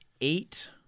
eight